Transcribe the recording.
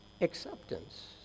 acceptance